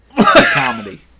Comedy